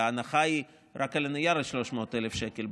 וההנחה היא רק על הנייר של 300,000 שקל.